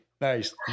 nice